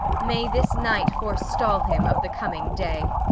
may this night forestall him of the coming day!